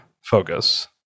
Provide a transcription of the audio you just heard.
focus